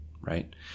right